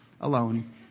alone